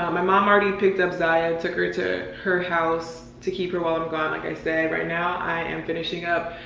um my mom already picked up ziya took her to her house to keep her while i'm gone, like i said. right now i am finishing up.